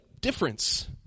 difference